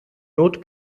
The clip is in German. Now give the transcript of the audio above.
not